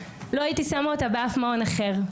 לא הייתי שמה אותה באף מעון אחר,